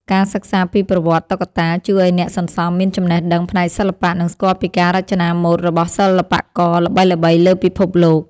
ការសិក្សាពីប្រវត្តិតុក្កតាជួយឱ្យអ្នកសន្សំមានចំណេះដឹងផ្នែកសិល្បៈ និងស្គាល់ពីការរចនាម៉ូដរបស់សិល្បករល្បីៗលើពិភពលោក។